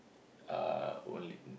uh only